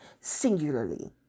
singularly